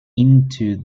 into